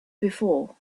before